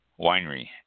winery